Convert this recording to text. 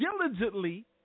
diligently